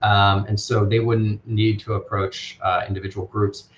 um and so they wouldn't need to approach individual groups.